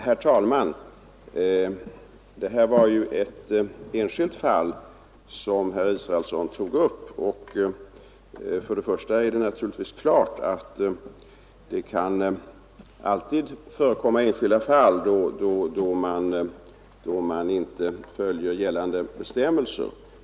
Herr talman! Herr Israelsson tog ju upp ett enskilt fall. Det kan naturligtvis alltid förekomma enskilda fall då man inte följer gällande bestämmelser.